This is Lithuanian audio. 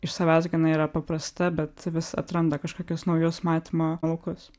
iš savęs gana yra paprasta bet vis atranda kažkokius naujus matymo laukus